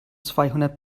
zweihundert